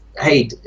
hey